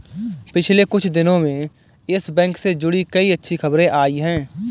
पिछले कुछ दिनो में यस बैंक से जुड़ी कई अच्छी खबरें आई हैं